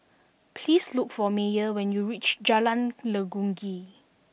please look for Meyer when you reach Jalan Legundi